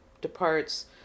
departs